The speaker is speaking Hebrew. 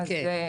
אענה.